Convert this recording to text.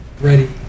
Ready